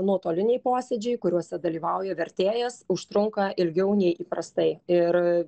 nuotoliniai posėdžiai kuriuose dalyvauja vertėjas užtrunka ilgiau nei įprastai ir